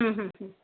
हम्म हम्म हम्म